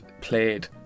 played